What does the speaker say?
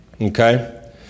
Okay